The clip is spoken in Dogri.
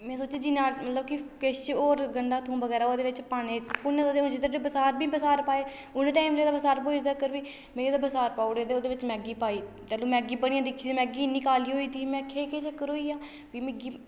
में सोचेआ जियां मतलब कि किश होर गंढा थोम बगैरा ओह्दे बिच्च पान्ने भुन्नें दा ओह्दे बिच्च बसार बी बसार पाए उ'न्ना टाइम लगदा बसार भुजदे तकर बी में ते बसार पाउड़े ते ओह्दे बिच्च मैगी पाई तैलू मैगी बनी ऐ दिक्खी मैगी इन्नी काली होई गेदी में आखेआ एह् केह् चक्कर होई गेआ फ्ही मिगी